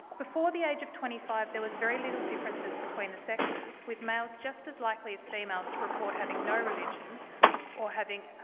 before the age of twenty five there was very little difference between the sexes, with males just as likely as females to report having no religion or having